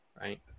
right